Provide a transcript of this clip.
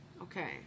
okay